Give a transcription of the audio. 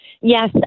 Yes